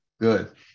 good